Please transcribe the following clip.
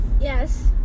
Yes